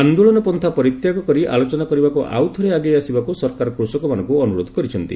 ଆନ୍ଦୋଳନ ପନ୍ଥା ପରିତ୍ୟାଗ କରି ଆଲୋଚନା କରିବାକୁ ଆଉଥରେ ଆଗେଇ ଆସିବାକୁ ସରକାର କୃଷକମାନଙ୍କୁ ଅନୁରୋଧ କରିଛନ୍ତି